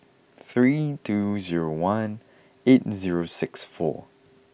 three two zero one eight zero six four